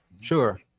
sure